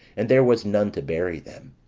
and there was none to bury them.